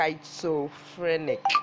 schizophrenic